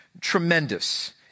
tremendous